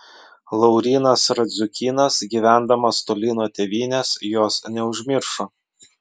laurynas radziukynas gyvendamas toli nuo tėvynės jos neužmiršo